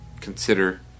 consider